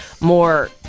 more